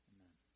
Amen